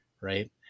right